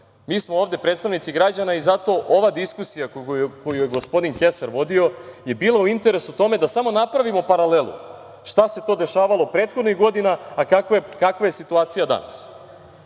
Mi smo ovde predstavnici građana i zato ova diskusija koju je gospodin Kesar vodio je bila u interesu tome da samo napravimo paralelu šta se to dešavalo prethodnih godina, a kakva je situacija danas. Žao